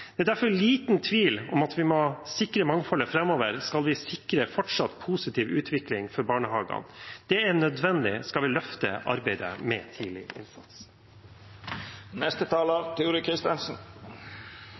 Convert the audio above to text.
Det er derfor liten tvil om at vi må sikre mangfoldet framover, skal vi sikre fortsatt positiv utvikling i barnehagene. Det er nødvendig dersom vi skal løfte arbeidet med tidlig